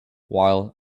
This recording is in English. while